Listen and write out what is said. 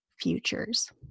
futures